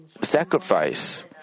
sacrifice